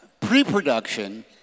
Pre-production